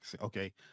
okay